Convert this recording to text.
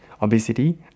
obesity